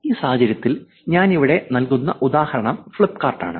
ഈ സാഹചര്യത്തിൽ ഞാൻ ഇവിടെ നൽകുന്ന ഉദാഹരണം ഫ്ലിപ്കാർട്ട് ആണ്